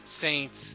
Saints